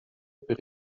per